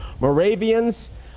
Moravians